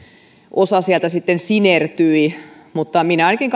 osa sieltä sitten sinertyi mutta minä ainakin